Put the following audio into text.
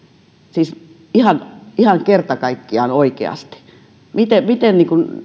siis ihan ihan kerta kaikkiaan oikeasti miten miten